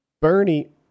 Bernie